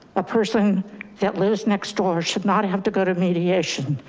a person that lives next door should not have to go to mediation.